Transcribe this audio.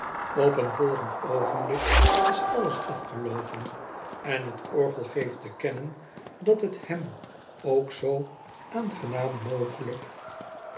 op een volgend oogenblik is alles afgeloopen en t orgel geeft te kennen dat t hem ook zoo aangenaam mogelijk